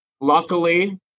Luckily